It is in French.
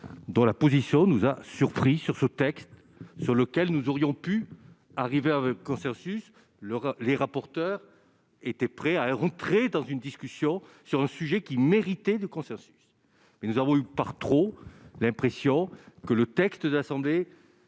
dans la position nous a surpris sur ce texte, sur lequel nous aurions pu arriver à un consensus l'les rapporteurs étaient prêts à entrer dans une discussion sur un sujet qui méritait de consensus, mais nous avons eu par trop l'impression que le texte d'AscendEX